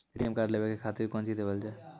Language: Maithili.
ए.टी.एम कार्ड लेवे के खातिर कौंची देवल जाए?